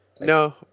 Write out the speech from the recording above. No